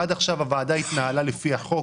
עד עכשיו הוועדה התנהלה לפי החוק,